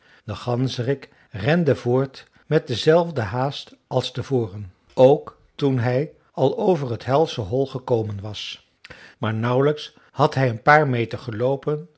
de ganzerik rende voort met dezelfde haast als te voren ook toen hij al over het helsche hol gekomen was maar nauwlijks had hij een paar meter geloopen